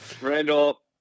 randall